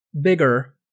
bigger